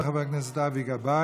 תודה רבה לחבר הכנסת אבי גבאי.